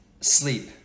sleep